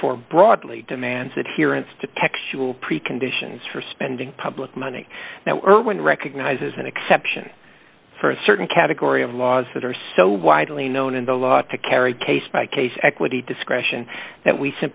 therefore broadly demands that here it's to textual preconditions for spending public money now or when recognizes an exception for a certain category of laws that are so widely known in the law to carry case by case equity discretion that we